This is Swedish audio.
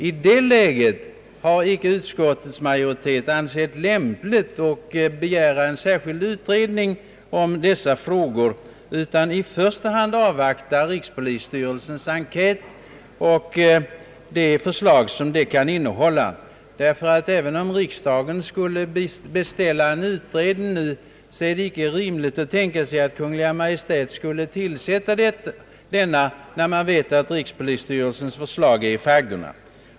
I det läget har utskottets majoritet inte ansett att man bör begära en särskild utredning om dessa frågor, utan man bör i första hand avvakta rikspolisstyrelsens enkät och de förslag som den kan föranleda. även om riksdagen skulle beställa en utredning nu, är det inte rimligt att tänka sig att Kungl. Maj:t skulle tillsätta denna, när man vet att rikspolisstyrelsens förslag är i faggorna.